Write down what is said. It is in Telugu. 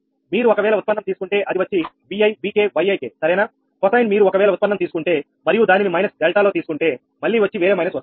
మీరు ఒకవేళ ఉత్పన్నం తీసుకుంటే అది వచ్చి Vi Vk Yik సరేనా కొసైన్ మీరు ఒకవేళ ఉత్పన్నం తీసుకుంటే మరియు దానిని మైనస్ డెల్టాలో తీసుకుంటే మళ్లీ వచ్చి వేరే మైనస్ వస్తుంది